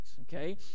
Okay